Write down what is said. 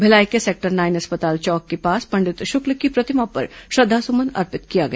भिलाई के सेक्टर नौ अस्पताल चौक के पास पंडित शुक्ल की प्रतिमा पर श्रद्धासुमन अर्पित किया गया